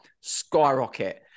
skyrocket